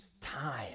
time